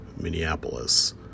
Minneapolis